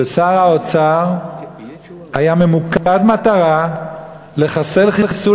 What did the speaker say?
ששר האוצר היה ממוקד מטרה לחסל חיסול